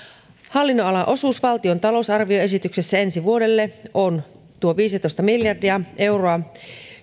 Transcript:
hallinnonalan osuus valtion talousarvioesityksessä ensi vuodelle on tuo viisitoista miljardia euroa